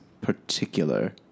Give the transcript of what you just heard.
particular